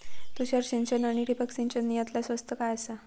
तुषार सिंचन आनी ठिबक सिंचन यातला स्वस्त काय आसा?